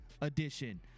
edition